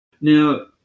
Now